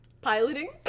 piloting